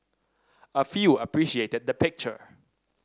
a few appreciated the picture